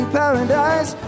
paradise